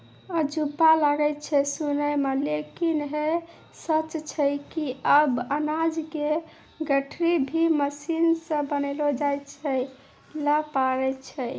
अजूबा लागै छै सुनै मॅ लेकिन है सच छै कि आबॅ अनाज के गठरी भी मशीन सॅ बनैलो जाय लॅ पारै छो